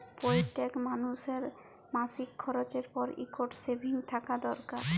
প্যইত্তেক মালুসের মাসিক খরচের পর ইকট সেভিংস থ্যাকা দরকার